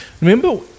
Remember